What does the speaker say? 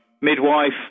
midwife